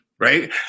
Right